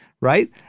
right